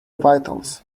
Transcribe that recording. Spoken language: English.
vitals